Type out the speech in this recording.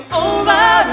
over